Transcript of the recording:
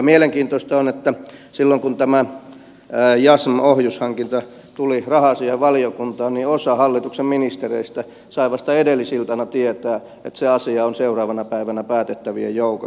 mielenkiintoista on että silloin kun tämä jassm ohjushankinta tuli raha asiainvaliokuntaan niin osa hallituksen ministereistä sai vasta edellisiltana tietää että se asia on seuraavana päivänä päätettävien joukossa